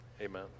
Amen